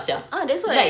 ah that's why